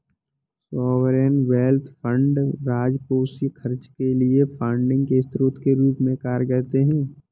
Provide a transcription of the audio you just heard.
sovereign wealth fund राजकोषीय खर्च के लिए फंडिंग के स्रोत के रूप में कार्य करते हैं